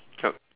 yup